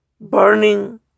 burning